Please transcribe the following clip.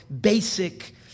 basic